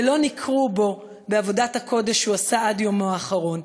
ולא ניכרו בו בעבודת הקודש שהוא עשה עד יומו האחרון.